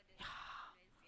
yeah